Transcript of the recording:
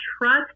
trust